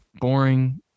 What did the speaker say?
boring